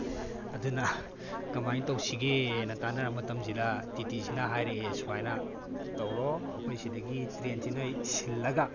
ꯑꯗꯨꯅ ꯀꯃꯥꯏꯅ ꯇꯧꯁꯤꯒꯦꯅ ꯇꯥꯅꯔꯝ ꯃꯇꯝꯁꯤꯗ ꯇꯤ ꯇꯤꯁꯤꯅꯥ ꯍꯥꯏꯔꯛꯑꯦ ꯁꯨꯃꯥꯏꯅ ꯇꯧꯔꯣ ꯑꯩꯈꯣꯏ ꯁꯤꯗꯒꯤ ꯇ꯭ꯔꯦꯟꯁꯤ ꯅꯣꯏ ꯁꯤꯜꯂꯒ